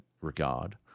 regard